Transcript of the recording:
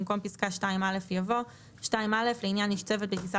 במקום פסקה (2א) יבוא: "(2א) לעניין איש צוות בטיסה